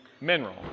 mineral